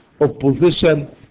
opposition